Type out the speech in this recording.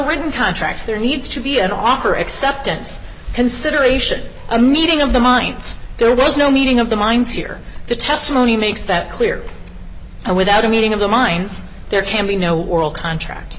written contract there needs to be an offer acceptance consideration a meeting of the minds there was no meeting of the minds here the testimony makes that clear and without a meeting of the minds there can be no whorl contract